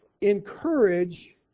encourage